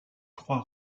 trois